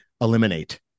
eliminate